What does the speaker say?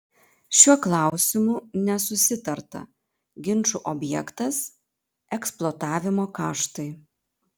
šiuo klausimu nesusitarta ginčų objektas eksploatavimo kaštai